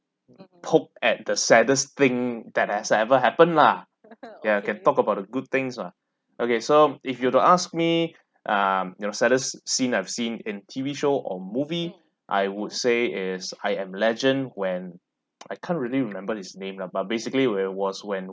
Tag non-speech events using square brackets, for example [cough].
poke at the saddest thing that has ever happen lah ya can talk about the good things ah okay so if you were to ask me um you know the saddest scene I've seen in T_V show or movie I would say is I am legend when [noise] I can't really remember his name lah but basically where it was when